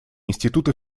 институты